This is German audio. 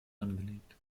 angelegt